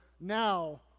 now